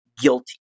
guilty